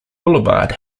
boulevard